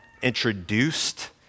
introduced